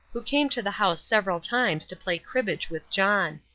who came to the house several times to play cribbage with john.